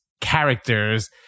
characters